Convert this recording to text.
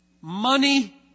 money